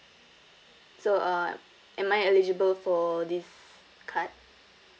so uh am I eligible for this card